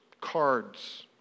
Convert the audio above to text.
cards